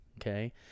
Okay